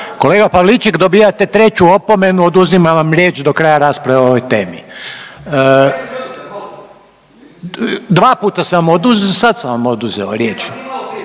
Kolega Pavliček dobijate treću opomenu oduzimam vam riječ do kraja rasprave o ovoj temi. …/Upadica se ne razumije./… Dva pusta sam vam oduzeo, sad sam vam oduzeo riječ.